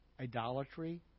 idolatry